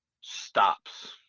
stops